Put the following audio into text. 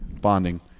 bonding